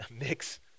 mix